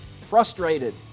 frustrated